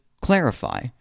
clarify